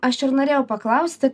aš ir norėjau paklausti